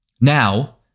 Now